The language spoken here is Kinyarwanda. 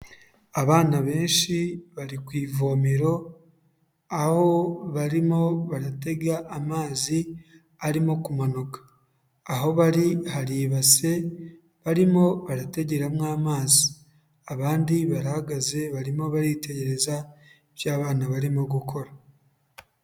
Abana benshi bari ku ivomero, aho barimo baratega amazi arimo kumanuka, aho bari hari ibase barimo barategeramo amazi, abandi barahagaze barimo baritegereza, ibyo abana barimo gukora.